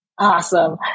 Awesome